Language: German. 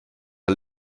der